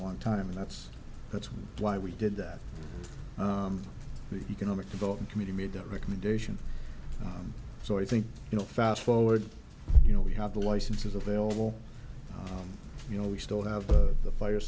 long time and that's that's why we did that the economic development committee made that recommendation so i think you know fast forward you know we have the licenses available you know we still have the fire